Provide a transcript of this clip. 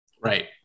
Right